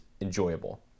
enjoyable